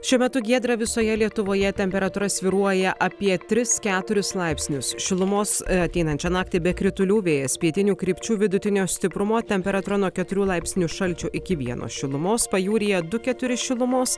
šiuo metu giedra visoje lietuvoje temperatūra svyruoja apie tris keturis laipsnius šilumos ateinančią naktį be kritulių vėjas pietinių krypčių vidutinio stiprumo temperatūra nuo keturių laipsnių šalčio iki vieno šilumos pajūryje du keturi šilumos